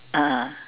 ah ah